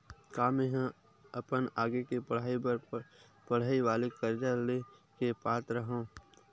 का मेंहा अपन आगे के पढई बर पढई वाले कर्जा ले के पात्र हव?